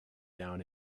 down